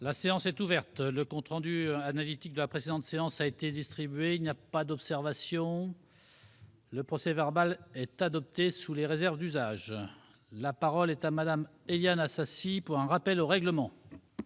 La séance est ouverte. Le compte rendu analytique de la précédente séance a été distribué. Il n'y a pas d'observation ?... Le procès-verbal est adopté sous les réserves d'usage. La parole est à Mme Éliane Assassi, pour un rappel au règlement.